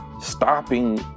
Stopping